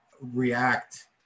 react